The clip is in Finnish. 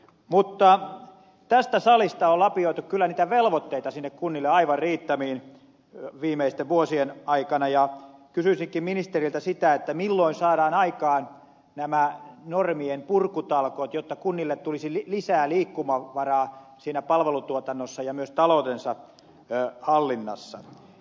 mutta tästä salista on lapioitu kyllä niitä velvoitteita sinne kunnille aivan riittämiin viimeisten vuosien aikana ja kysyisinkin ministeriltä sitä milloin saadaan aikaan nämä normien purkutalkoot jotta kunnille tulisi lisää liikkumavaraa siinä palvelutuotannossa ja myös taloutensa hallinnassa